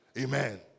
Amen